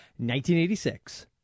1986